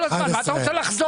כל הזמן אנחנו במספרים.